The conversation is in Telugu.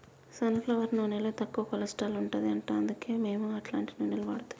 సన్ ఫ్లవర్ నూనెలో తక్కువ కొలస్ట్రాల్ ఉంటది అంట అందుకే మేము అట్లాంటి నూనెలు వాడుతున్నాం